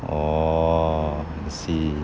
orh I see